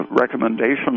recommendations